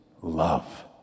love